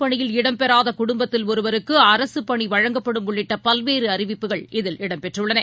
பணியில் இடம்பெறாதகுடும்பத்தில் அரசுப் ஒருவருக்குஅரசுப்பணிவழங்கப்படும் உள்ளிட்டபல்வேறுஅறிவிப்புகள் இதில் இடம்பெற்றுள்ளன